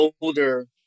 older